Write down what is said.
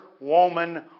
woman